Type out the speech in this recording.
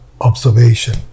observation